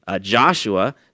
Joshua